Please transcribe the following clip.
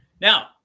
now